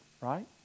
right